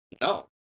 No